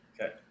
Okay